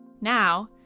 Now